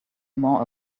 more